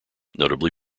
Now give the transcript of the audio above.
notably